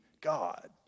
God